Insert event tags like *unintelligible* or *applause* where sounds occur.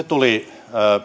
*unintelligible* tuli